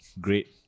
Great